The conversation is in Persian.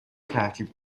ترتیب